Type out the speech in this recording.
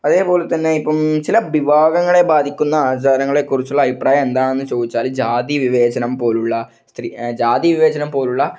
അതേപോലെ തന്നെ ഇപ്പം ചില വിവാഹങ്ങളെ ബാധിക്കുന്ന ആചാരങ്ങളെ കുറിച്ചുള്ള അഭിപ്രായം എന്താണെന്ന് ചോദിച്ചാൽ ജാതി വിവേചനം പോലെയുള്ള സ്ത്രീ ജാതി വിവേചനം പോലെയുള്ള